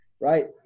Right